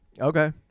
okay